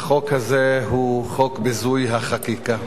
החוק הזה הוא חוק ביזוי החקיקה.